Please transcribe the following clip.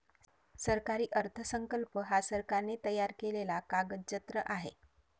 सरकारी अर्थसंकल्प हा सरकारने तयार केलेला कागदजत्र आहे